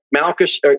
Malchus